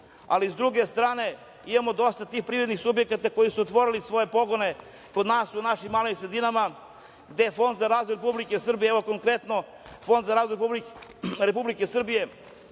Ali, s druge strane, imamo dosta tih privrednih subjekata koji su otvorili svoje pogone kod nas u našim malim sredinama gde je Fond za razvoj Republike Srbije, evo konkretno Fond za razvoj Republike Srbije